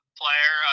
player